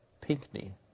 Pinckney